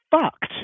fucked